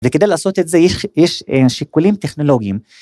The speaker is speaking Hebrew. וכדי לעשות את זה יש שיקולים טכנולוגיים.